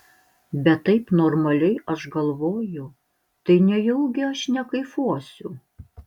bet taip normaliai aš galvoju tai nejaugi aš nekaifuosiu